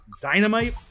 Dynamite